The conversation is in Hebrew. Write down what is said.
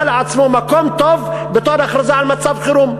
לעצמו מקום טוב בתור הכרזה על מצב חירום.